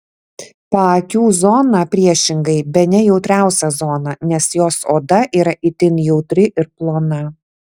paakių zona priešingai bene jautriausia zona nes jos oda yra itin jautri ir plona